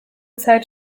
zeit